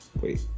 wait